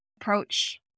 approach